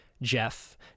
Jeff